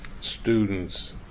students